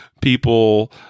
people